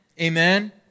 Amen